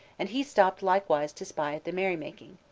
and he stopped likewise to spy at the merrymaking.